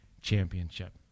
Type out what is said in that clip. championship